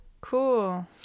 cool